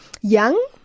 young